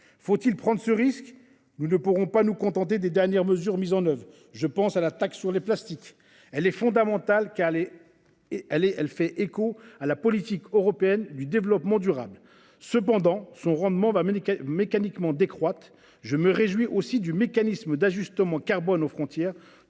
Faut-il prendre ce risque ? Nous ne pourrons pas nous contenter des dernières mesures mises en œuvre, à l’instar de la taxe sur les plastiques. Bien qu’elle soit fondamentale – elle participe de la politique européenne de développement durable –, son rendement va mécaniquement décroître. Je me réjouis aussi du mécanisme d’ajustement carbone aux frontières,